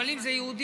אבל אם זה יהודי: